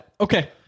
Okay